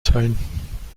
teilen